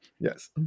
Yes